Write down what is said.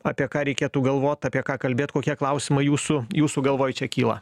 apie ką reikėtų galvot apie ką kalbėt kokie klausimai jūsų jūsų galvoj čia kyla